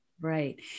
Right